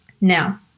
Now